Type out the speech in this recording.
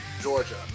Georgia